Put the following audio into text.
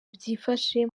byifashe